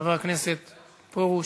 חבר הכנסת פרוש.